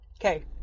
Okay